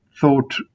thought